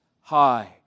high